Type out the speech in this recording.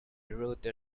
wrote